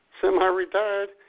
semi-retired